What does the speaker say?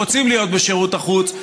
הם רוצים להיות בשירות החוץ,